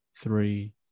Three